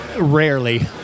rarely